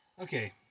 Okay